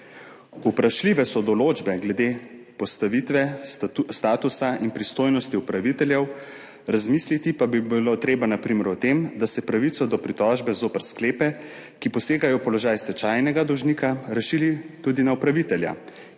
Vprašljive so določbe glede postavitve statusa in pristojnosti upraviteljev, razmisliti pa bi bilo treba, na primer, o tem, da se pravico do pritožbe zoper sklepe, ki posegajo v položaj stečajnega dolžnika, razširi tudi na upravitelja,